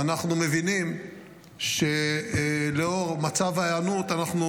אנחנו מבינים שלנוכח מצב ההיענות, אנחנו